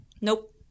Nope